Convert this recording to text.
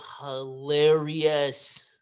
hilarious